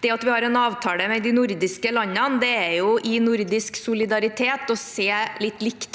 Det at vi har en avtale med de nordiske landene, viser at det er i nordisk solidaritet å se litt likt